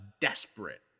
desperate